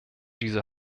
diese